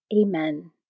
Amen